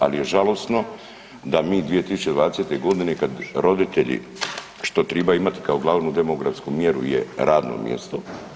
Ali je žalosno da mi 2020. godine kada roditelji što trebaju imati kao glavnu demografsku mjeru je radno mjesto.